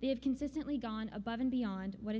they have consistently gone above and beyond what